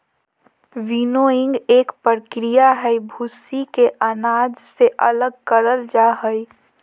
winnowing एक प्रक्रिया हई, भूसी के अनाज से अलग करल जा हई